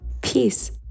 peace